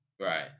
Right